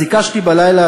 אז הקשתי בלילה,